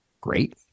great